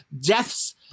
deaths